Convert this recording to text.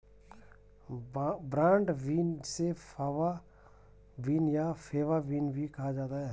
broad bean जिसे fava bean या faba bean भी कहा जाता है